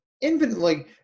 Infinitely